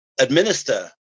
administer